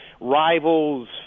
rivals